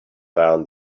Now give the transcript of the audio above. down